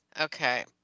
Okay